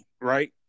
right